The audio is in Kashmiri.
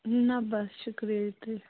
نہ بَس شُکریہ یُتٕے